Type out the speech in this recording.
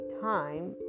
time